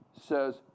says